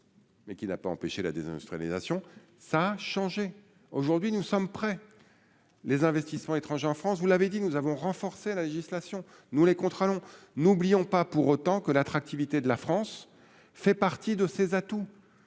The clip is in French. Mais qui n'a pas empêché la désindustrialisation ça changé aujourd'hui, nous sommes prêts, les investissements étrangers en France, vous l'avez dit, nous avons renforcé la législation nous les contrats longs, n'oublions pas pour autant que l'attractivité de la France fait partie de ces atouts